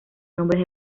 nombres